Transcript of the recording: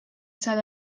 sell